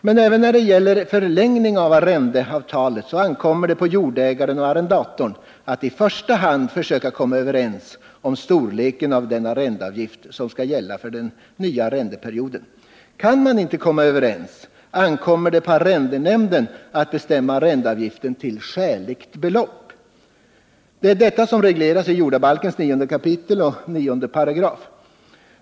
Men även när det gäller förlängning av arrendeavtalet ankommer det på jordägaren och arrendatorn att i första hand försöka komma överens om storleken av den arrendeavgift som skall gälla för den nya arrendeperioden. Kan man inte komma överens, ankommer det på arrendenämnden att bestämma arrendeavgiften till skäligt belopp. Det är detta som regleras i jordbalkens 9 kap. 9 §.